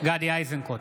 גדי איזנקוט,